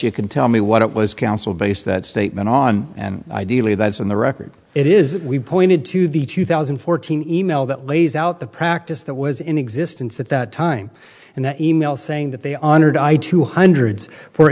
you can tell me what it was counsel base that statement on and ideally that's on the record it is we pointed to the two thousand and fourteen e mail that lays out the practice that was in existence at that time and the e mail saying that they honored to hundreds for